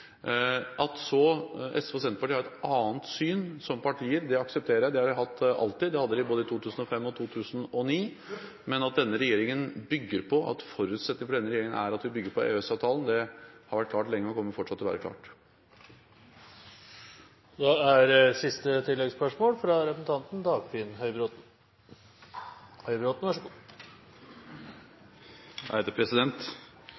At SV og Senterpartiet har et annet syn som partier, aksepterer jeg. Det har de hatt alltid – de hadde det både i 2005 og 2009 – men forutsetningen for denne regjeringen er at vi bygger på EØS-avtalen. Det har vært klart lenge og kommer fortsatt til å være klart. Dagfinn Høybråten – til siste